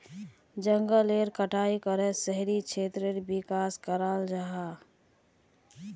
जनगलेर कटाई करे शहरी क्षेत्रेर विकास कराल जाहा